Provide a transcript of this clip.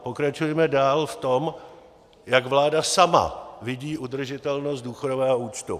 Pokračujme dál v tom, jak vláda sama vidí udržitelnost důchodového účtu.